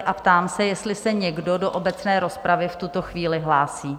Ptám se, jestli se někdo do obecné rozpravy v tuto chvíli hlásí?